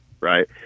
right